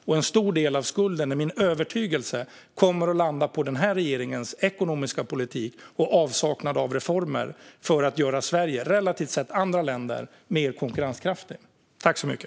Min övertygelse är att en stor del av skulden kommer att landa på den här regeringens ekonomiska politik och avsaknad av reformer för att göra Sverige, relativt sett andra länder, mer konkurrenskraftigt.